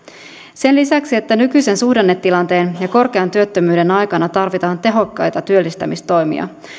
sen lisäksi että nykyisen suhdannetilanteen ja korkean työttömyyden aikana tarvitaan tehokkaita työllistämistoimia